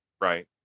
Right